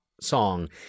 song